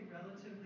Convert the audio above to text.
relatively